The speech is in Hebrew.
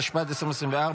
התשפ"ד 2024,